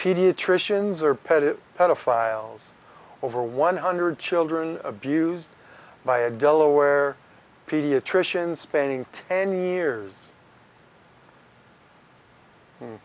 pediatricians or pettitte pedophiles or over one hundred children abused by a delaware pediatrician spanning ten years